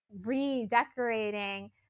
redecorating